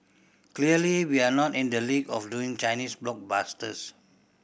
clearly we're not in the league of doing Chinese blockbusters